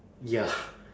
ya